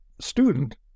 student